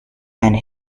and